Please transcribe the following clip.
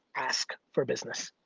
ask for business.